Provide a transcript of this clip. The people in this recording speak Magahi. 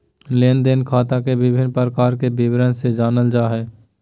लेन देन खाता के विभिन्न प्रकार के विवरण से जानल जाय हइ